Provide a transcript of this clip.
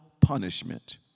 punishment